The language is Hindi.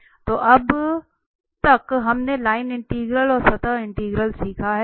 तो अब तक हमने लाइन इंटीग्रल और सतह इंटीग्रल सीखा है